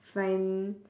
find